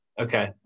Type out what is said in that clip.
Okay